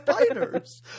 spiders